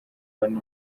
bane